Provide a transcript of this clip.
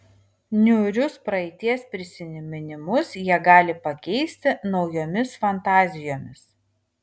niūrius praeities prisiminimus jie gali pakeisti naujomis fantazijomis